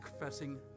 confessing